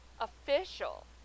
official